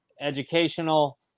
educational